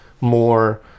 more